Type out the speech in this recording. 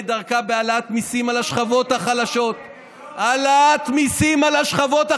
נשים שנרצחות, עם זה